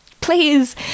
please